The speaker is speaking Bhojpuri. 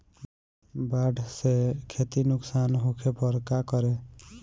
बाढ़ से खेती नुकसान होखे पर का करे?